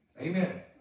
Amen